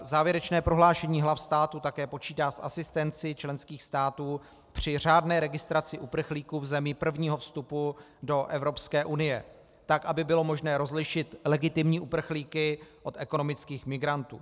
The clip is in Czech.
Závěrečné prohlášení hlav států také počítá s asistencí členských států při řádné registraci uprchlíků v zemi prvního vstupu do Evropské unie, tak aby bylo možné rozlišit legitimní uprchlíky od ekonomických migrantů.